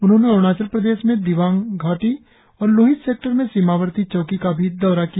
उन्होंने अरूणाचल प्रदेश में दिबांग घाटी और लोहित सेक्टर में सीमावर्ती चौकी का भी दौरा किया